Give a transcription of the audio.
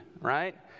right